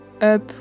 up